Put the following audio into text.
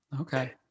Okay